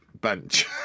bench